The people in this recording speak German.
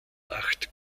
acht